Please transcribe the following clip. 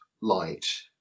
light